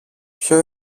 ποιο